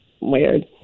Weird